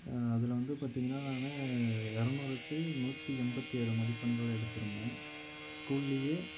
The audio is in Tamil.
அதில் வந்து பார்த்திங்கன்னா நான் இரநூறுக்கு நூற்றி எண்பத்தி ஏழு மதிப்பெண்கள் எடுத்திருந்தென் ஸ்கூல்லையே